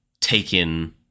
taken